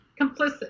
complicit